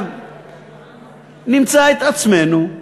נמצא את עצמנו,